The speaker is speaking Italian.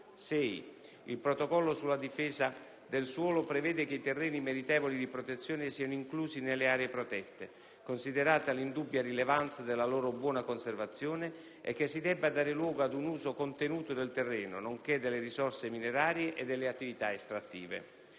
6. Il Protocollo sulla difesa del suolo prevede che i terreni meritevoli di protezione siano inclusi nelle aree protette, considerata l'indubbia rilevanza della loro buona conservazione, e che si debba dare luogo ad un uso contenuto del terreno, nonché delle risorse minerarie e delle attività estrattive.